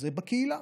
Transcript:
זה בקהילה,